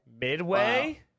Midway